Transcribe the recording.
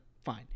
fine